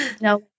no